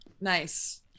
Nice